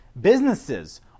businesses